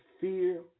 fear